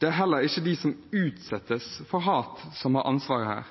Det er heller ikke de som utsettes for hat, som har ansvaret her.